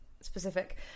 specific